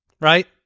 right